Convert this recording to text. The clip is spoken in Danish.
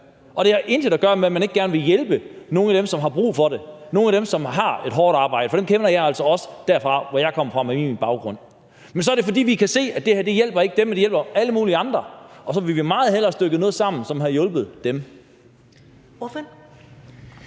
Det har intet at gøre med, at man ikke gerne vil hjælpe nogle af dem, som har brug for det, nogle af dem, som har et hårdt arbejde, for dem kender jeg altså også der, hvor jeg kommer fra med min baggrund. Det er, fordi vi kan se, at det her ikke hjælper dem, men det hjælper alle mulige andre, og så ville vi meget hellere have stykket noget sammen, som havde hjulpet dem.